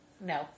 No